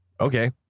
Okay